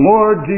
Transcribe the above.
Lord